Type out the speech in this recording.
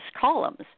columns